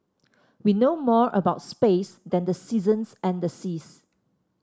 we know more about space than the seasons and the seas